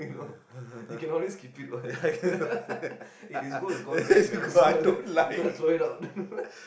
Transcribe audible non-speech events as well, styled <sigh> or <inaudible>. <laughs>